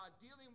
dealing